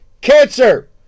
Cancer